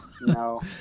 no